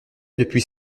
depuis